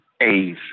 A's